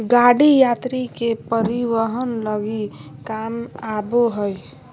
गाड़ी यात्री के परिवहन लगी काम आबो हइ